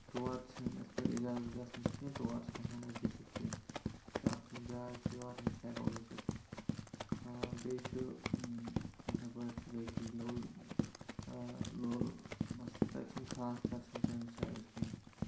تور چھُنہٕ یِتھ پٲٹھۍ اِجازت گژھنَس کیٚنہہ تور چھِنہٕ ہٮ۪کان أسۍ گٔژِتھ کیٚنہہ سُہ اکھ جاے چھِ یور أسۍ ہٮ۪کَو گٔژِتھ بیٚیہِ چھُ اِتھَے پٲٹھۍ چھِ بیٚیہِ کہِ لول لولبَس تَتہِ چھِنہٕ خاص چرچہٕ سٲنِس سایڈَس کِہیٖنۍ